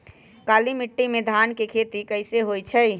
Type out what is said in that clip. काली माटी में धान के खेती कईसे होइ छइ?